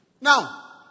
Now